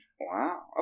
Wow